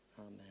Amen